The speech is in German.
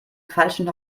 falschen